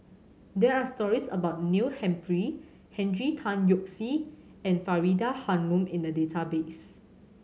there are stories about Neil Humphrey Henry Tan Yoke See and Faridah Hanum in the database